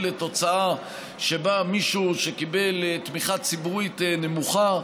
לתוצאה שבה מישהו שקיבל תמיכה ציבורית נמוכה,